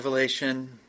Revelation